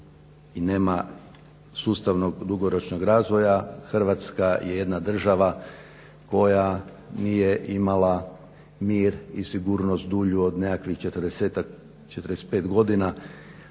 Hrvatska je jedna država koja nije imala mir i sigurnost dulju od nekakvih 40-ak, 45 godina